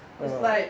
it's like